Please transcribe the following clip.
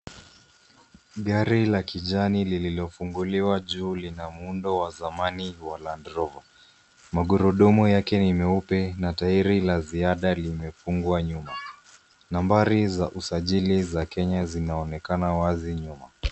Gari la kijani lililofunguliwa juu lina muundo wa zamani wa Landrover. Magurudumu yake ni meupe na tairi la ziada limefungwa nyuma. Nambari za usajili za Kenya zinaonekana wazi nyuma.